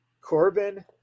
Corbin